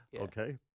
Okay